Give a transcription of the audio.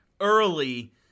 early